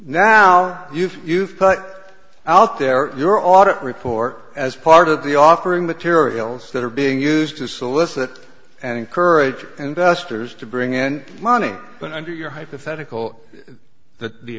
now you've cut out there your audit report as part of the offering materials that are being used to solicit and encourage investors to bring in money but under your hypothetical that the